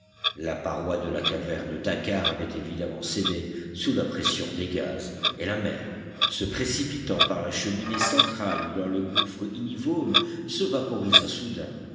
la paroi de la caverne dakkar avait évidemment cédé sous la pression des gaz et la mer se précipitant par la cheminée centrale dans le gouffre ignivome se vaporisa soudain